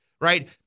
right